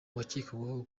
uwakekwagaho